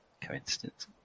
Coincidence